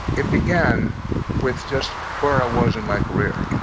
it began with just where i was in my career,